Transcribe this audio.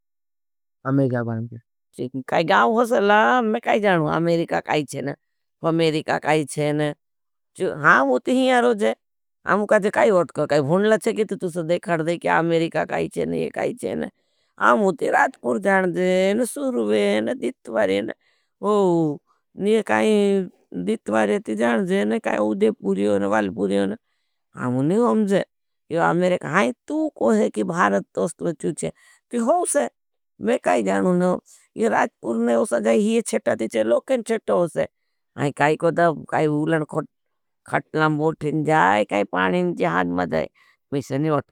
अमेरिका बारे में कहते हैं। काई गाव हो सकते हैं, मैं काई जाना हूँ, अमेरिका काई चहना है, फमेरिका काई चहना है। हाँ उति ही आरोजे। आमु कहते हैं, काई वोटकल, काई भुणला चे कीती, आमेरिका काई चहना है, ये काई चहना है। आमु ती राजपूर जान जेन, सुर्वेन, दित्वरेन। ये काई दित्वरे ती जान जेन, काई उदेपुरियोन, वालपुरियोन। ये आमेरिका काई तू कोहे, की भारत तो अस्तुलच्यूच्या। ती होगा मैं काई जानू नहीं होगा। ये राजपूर नहीं होगा, जाएं ही चेटा ती चेलो, कें चेटा होगा। ये काई कोड़ा, काई उलन खटला मोठें जाएं, काई पानें जिहाज मज़ाएं। मैं से नहीं होगा।